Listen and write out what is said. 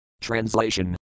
Translation